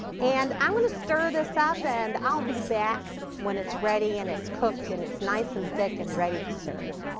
and i'm going to stir this up. and i'll be back when it's ready. and it's cooked and it's nice and thick and ready to serve.